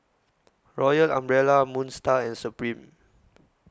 Royal Umbrella Moon STAR and Supreme